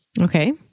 Okay